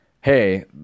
hey